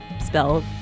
spell